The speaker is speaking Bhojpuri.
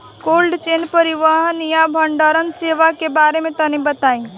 कोल्ड चेन परिवहन या भंडारण सेवाओं के बारे में तनी बताई?